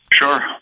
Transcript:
Sure